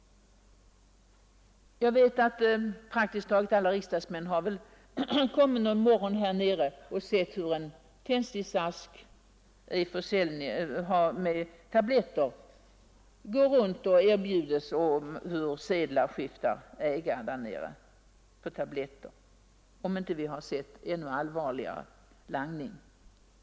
Jag vet att praktiskt taget alla riksdagsmän när de någon morgon kommit här nere har sett hur en tändsticksask med tabletter utbjudits och hur sedlar skiftat ägare. Vi har kanske sett ännu allvarligare langning.